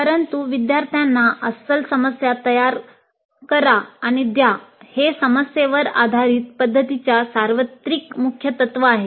परंतु विद्यर्थ्यांना अस्सल समस्या तयार करा आणि द्या हे समस्येवर आधारीत पध्दतीच्या सार्वत्रिक मुख्य तत्त्व आहे